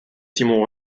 simon